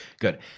Good